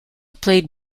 played